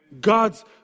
God's